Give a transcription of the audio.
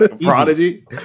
Prodigy